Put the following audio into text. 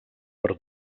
per